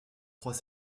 trois